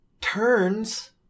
turns